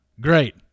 Great